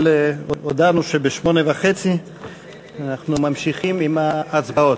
אבל הודענו שב-20:30 אנחנו ממשיכים עם ההצבעות.